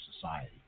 society